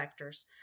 vectors